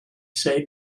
save